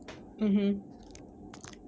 mmhmm